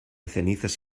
cenizas